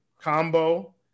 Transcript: combo